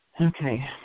Okay